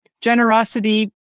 Generosity